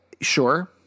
Sure